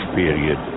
period